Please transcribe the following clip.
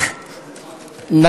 למה?